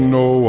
no